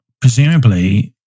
presumably